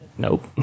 nope